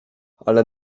ale